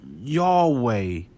Yahweh